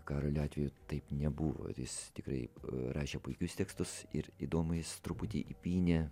karolio atveju taip nebuvo jis tikrai rašė puikius tekstus ir įdomu jis truputį įpynė